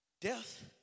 Death